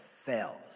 fails